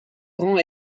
grand